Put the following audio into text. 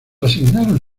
asignaron